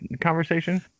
conversation